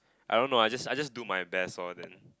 I don't know I just I just do my best lor then